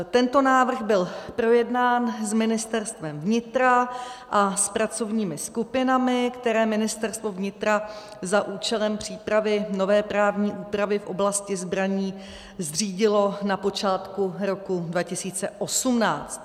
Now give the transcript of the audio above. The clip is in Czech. Tento návrh byl projednán s Ministerstvem vnitra a s pracovními skupinami, které Ministerstvo vnitra za účelem přípravy nové právní úpravy v oblasti zbraní zřídilo na počátku roku 2018.